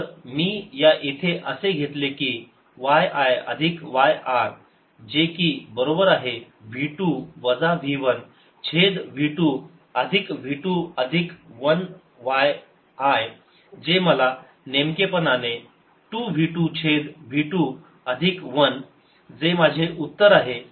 जर मी येथे असे घेतले की y I अधिक y r जे की बरोबर आहे v 2 वजा v 1 छेद v 2 अधिक v 2 अधिक 1 y I जे मला नेमकेपणाने 2 v 2 छेद v 2 अधिक 1 जे माझे उत्तर आहे